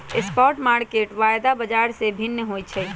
spot market वायदा बाजार से भिन्न होइ छइ